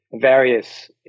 Various